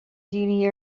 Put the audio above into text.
daoine